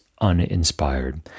uninspired